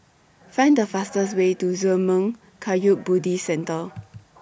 Find The fastest Way to Zurmang Kagyud Buddhist Centre